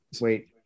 Wait